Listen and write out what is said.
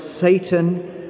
Satan